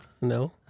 no